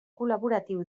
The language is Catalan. col·laboratiu